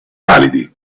validi